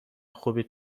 خوبی